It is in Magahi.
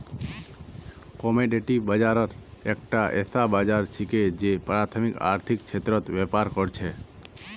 कमोडिटी बाजार एकता ऐसा बाजार छिके जे प्राथमिक आर्थिक क्षेत्रत व्यापार कर छेक